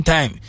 Time